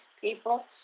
people